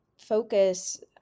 focus